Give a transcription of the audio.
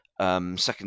second